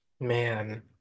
man